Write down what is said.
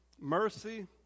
mercy